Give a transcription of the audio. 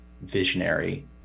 visionary